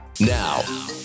Now